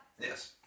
Yes